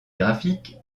graphique